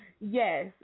Yes